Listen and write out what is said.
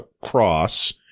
cross